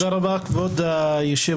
תודה רבה, כבוד היושב-ראש.